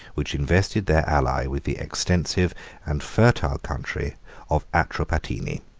which invested their ally with the extensive and fertile country of atropatene.